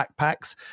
backpacks